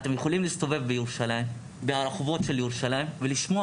אתם יכולים להסתובב ברחובות ירושלים ולשמוע